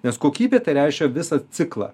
nes kokybė tai reiškia visą ciklą